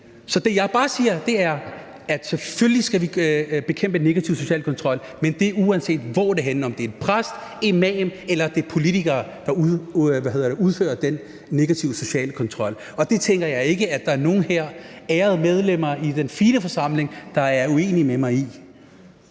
Så det, jeg bare siger, er, at vi selvfølgelig skal bekæmpe negativ social kontrol, men det er, uanset hvorhenne det er; om det er en præst, en imam eller politikere, der udfører den negative sociale kontrol. Og det tænker jeg ikke at der er nogen her – ærede medlemmer i den fine forsamling – der er uenig med mig i.